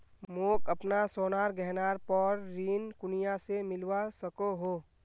मोक अपना सोनार गहनार पोर ऋण कुनियाँ से मिलवा सको हो?